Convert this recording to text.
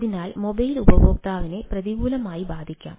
അതിനാൽ മൊബൈൽ ഉപയോക്താവിനെ പ്രതികൂലമായി ബാധിക്കാം